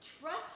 trust